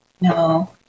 no